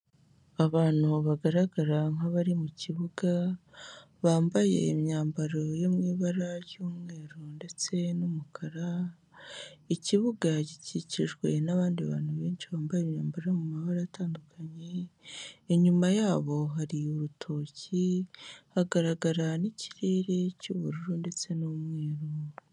Abantu bagaragara nk'abari mu kibuga, bambaye imyambaro yo mu ibara ry'umweru ndetse n'umukara, ikibuga gikikijwe n'abandi bantu benshi bambaye imyambaro yo mu mabara atandukanye, inyuma yabo hari urutoki, hagaragara n'ikirere cy'ubururu ndetse n'umweru.